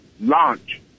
launch